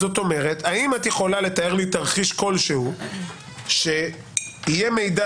האם את יכולה לתאר לי תרחיש כלשהו שיהיה מידע